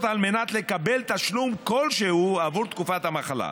על מנת לקבל תשלום כלשהו עבור תקופת המחלה.